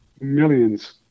millions